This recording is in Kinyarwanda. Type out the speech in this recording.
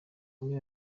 bamwe